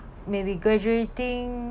maybe graduating